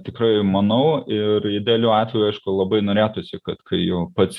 tikrai manau ir idealiu atveju aišku labai norėtųsi kad jau pats